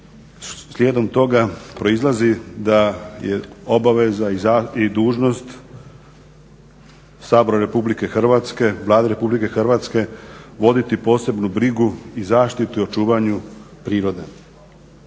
Slijedom toga proizlazi da je obaveza i dužnost Sabora RH, Vlade RH voditi posebnu brigu i zaštitu o očuvanju prirode.